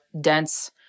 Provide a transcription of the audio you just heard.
dense